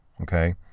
okay